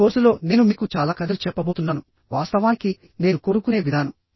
ఈ కోర్సులో నేను మీకు చాలా కథలు చెప్పబోతున్నాను వాస్తవానికి నేను కోరుకునే విధానం